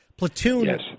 Platoon